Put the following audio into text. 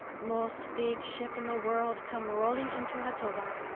most big ship in the world come rolling into hatoba.